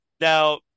Now